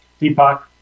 Deepak